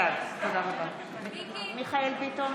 בעד מיכאל מרדכי ביטון,